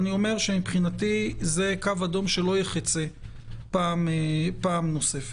מבחינתי זה קו אדם שלא ייחצה פעם נוספת.